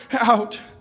out